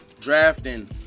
drafting